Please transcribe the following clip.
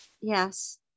Yes